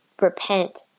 repent